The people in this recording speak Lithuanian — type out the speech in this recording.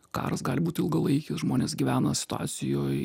karas gali būt ilgalaikis žmonės gyvena situacijoj